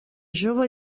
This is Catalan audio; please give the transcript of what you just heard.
jove